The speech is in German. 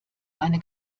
eine